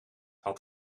had